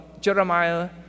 Jeremiah